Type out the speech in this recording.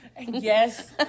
yes